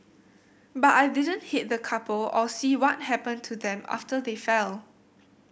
but I didn't hit the couple or see what happened to them after they fell